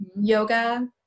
Yoga